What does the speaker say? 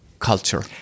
culture